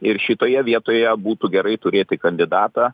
ir šitoje vietoje būtų gerai turėti kandidatą